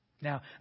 Now